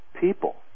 people